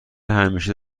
همیشه